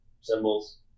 symbols